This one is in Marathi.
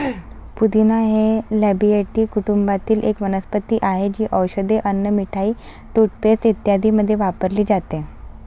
पुदिना हे लॅबिएटी कुटुंबातील एक वनस्पती आहे, जी औषधे, अन्न, मिठाई, टूथपेस्ट इत्यादींमध्ये वापरली जाते